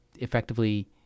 effectively